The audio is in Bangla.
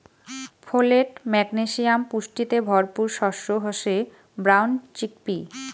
ফোলেট, ম্যাগনেসিয়াম পুষ্টিতে ভরপুর শস্য হসে ব্রাউন চিকপি